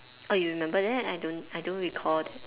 oh you remember that I don't I don't recall that